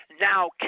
now